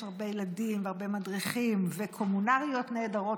יש הרבה ילדים והרבה מדריכים וקומונריות נהדרות,